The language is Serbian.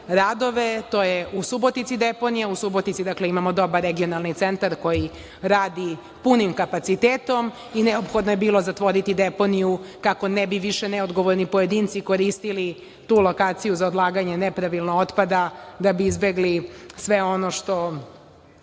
radove. To je u Subotici deponija, u Subotici imamo dobar regionalni centar koji radi punim kapacitetom i neophodno je bilo zatvoriti deponiju, kako ne bi više neodgovorni pojedinci koristili tu lokaciju za odlaganje nepravilno otpada, da bi izbegli sve ono što